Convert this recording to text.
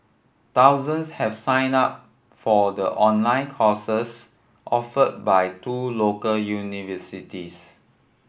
thousands have signed up for the online courses offered by two local universities